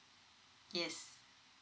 yes